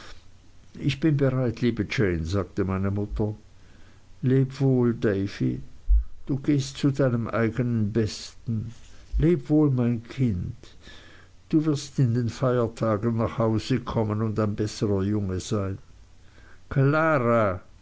ich bin bereit liebe jane sagte meine mutter leb wohl davy du gehst zu deinem eignen besten leb wohl mein kind du wirst in den feiertagen nach hause kommen und ein besserer junge sein klara